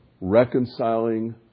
reconciling